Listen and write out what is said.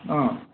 অ'